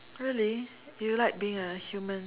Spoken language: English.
really you like being a human